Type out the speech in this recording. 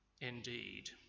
indeed